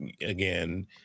again